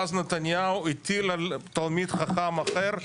ואז נתניהו הטיל על תלמיד חכם אחר,